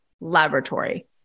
laboratory